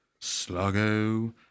Sluggo